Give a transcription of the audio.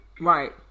Right